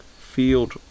field